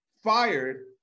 fired